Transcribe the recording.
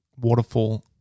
waterfall